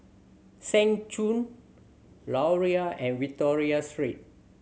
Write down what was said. Seng Choon Laurier and Victoria Street